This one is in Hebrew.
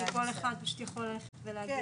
כי כל אחד פשוט יכול ללכת ולהגיד --- כן,